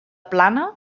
plana